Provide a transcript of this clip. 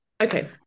Okay